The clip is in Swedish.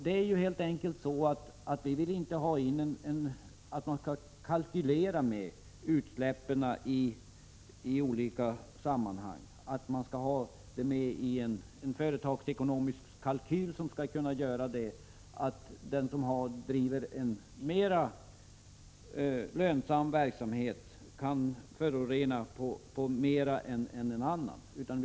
Vi vill inte att företag skall lägga in kostnader för utsläpp i sina företagsekonomiska kalkyler. Det betyder att det företag som bedriver en lönsam verksamhet kan tillåta sig att förorena mer än andra företag.